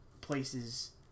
places